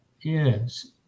yes